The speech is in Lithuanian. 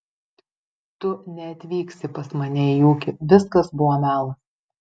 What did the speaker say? tu neatvyksi pas mane į ūkį viskas buvo melas